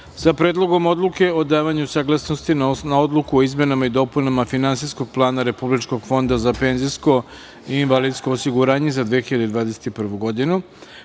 sa Predlogom odluke o davanju saglasnosti na Odluku o izmenama i dopunama Finansijskog plana Republičkog fonda za penzijsko i invalidsko osiguranje za 2021. godinu,